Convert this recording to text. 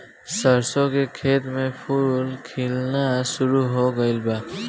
सरसों के खेत में फूल खिलना शुरू हो गइल बा